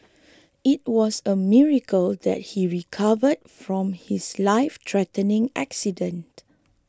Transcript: it was a miracle that he recovered from his lifethreatening accident